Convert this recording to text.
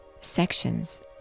sections